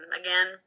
again